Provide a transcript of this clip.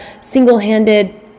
single-handed